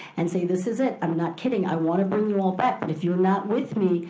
and say, this is it, i'm not kidding. i wanna bring you all back, but if you're not with me,